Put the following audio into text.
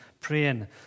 praying